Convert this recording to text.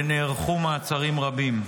ונערכו מעצרים רבים.